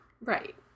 Right